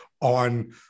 on